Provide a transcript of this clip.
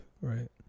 right